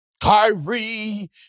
Kyrie